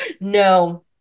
no